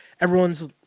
everyone's